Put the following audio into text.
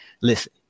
listen